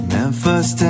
Memphis